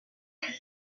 occupe